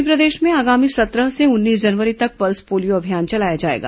वहीं प्रदेश में आगामी सत्रह से उन्नीस जनवरी तक पल्स पोलियो अभियान चलाया जाएगा